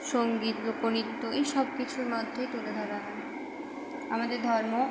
সঙ্গীত লোকনৃত্য এই সব কিছুর মধ্যেই তুলে ধরা হয় আমাদের ধর্ম